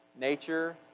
nature